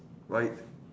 right